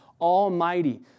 Almighty